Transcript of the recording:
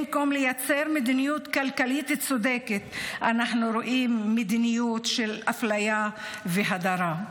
במקום לייצר מדיניות כלכלית צודקת אנחנו רואים מדיניות של אפליה והדרה.